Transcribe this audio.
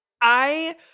I-